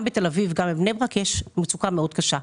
גם בתל אביב וגם בבני ברק יש מצוקה מאוד קשה.